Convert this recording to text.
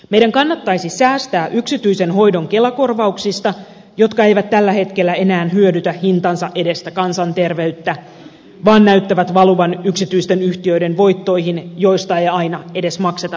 meidän kannattaisi säästää yksityisen hoidon kelakorvauksista jotka eivät tällä hetkellä enää hyödytä hintansa edestä kansanterveyttä vaan näyttävät valuvan yksityisten yhtiöiden voittoihin joista aina ei edes makseta veroja